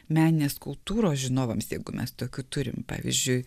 meninės kultūros žinovams jeigu mes tokių turim pavyzdžiui